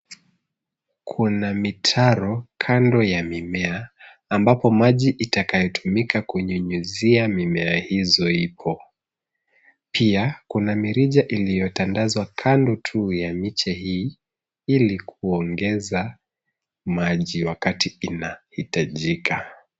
Kuna mitaro kando ya mimea, ambapo maji itakayotumika kunyunyuzia mimea hiyo ipo. Pia, kuna mirija iliyotandazwa kando tu ya miche hii, ili kuongeza maji wakati inahitajika.